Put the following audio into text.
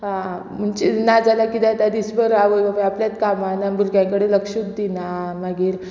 म्हणचे नाजाल्यार किदें जाता दिसभर आवय बापाय आपल्यात कामाना भुरग्यां कडेन लक्षूच दिना मागीर